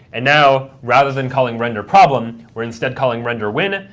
and now rather than calling render problem, we're instead calling render win,